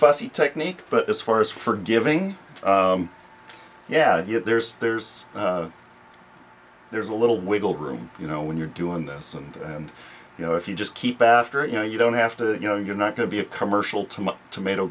fussy technique but as far as forgiving yeah yeah there's there's there's a little wiggle room you know when you're doing this and you know if you just keep bafta you know you don't have to you know you're not going to be a commercial to much tomato